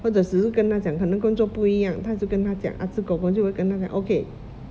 或者只是跟他讲可能工作不一样他就跟他讲 ah zi kor kor 就会跟他讲 okay